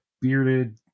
bearded